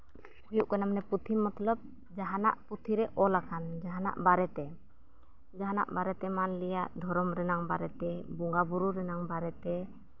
ᱦᱩᱭᱩᱜ ᱠᱟᱱᱟ ᱢᱟᱱᱮ ᱯᱩᱛᱷᱤ ᱢᱚᱛᱞᱚᱵᱽ ᱡᱟᱦᱟᱱᱟᱜ ᱯᱩᱛᱷᱤ ᱨᱮ ᱚᱞᱟᱠᱟᱱ ᱡᱟᱦᱟᱱᱟᱜ ᱵᱟᱨᱮᱛᱮ ᱡᱟᱦᱟᱱᱟᱜ ᱵᱟᱨᱮᱛᱮ ᱢᱟᱱᱞᱤᱭᱟ ᱫᱷᱚᱨᱚᱢ ᱨᱮᱱᱟᱜ ᱵᱟᱨᱮᱛᱮ ᱵᱚᱸᱜᱟᱼᱵᱩᱨᱩ ᱨᱮᱱᱟᱜ ᱵᱟᱨᱮᱛᱮ